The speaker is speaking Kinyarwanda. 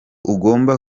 ugomba